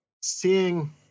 seeing